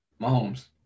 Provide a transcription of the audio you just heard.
Mahomes